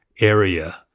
area